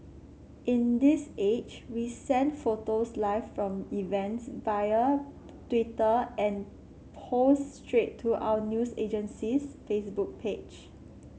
in this age we send photos live from events via Twitter and post straight to our news agency's Facebook page